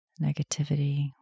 negativity